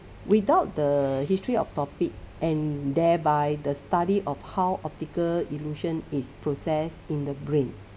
without the history of topic and thereby the study of how optical illusion is processed in the brain